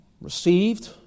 received